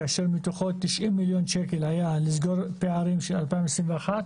כאשר מתוכו 90 מיליון שקל היה לסגור פערים של 2021,